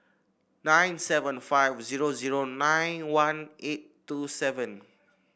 nine seven five zero zero nine one eight two seven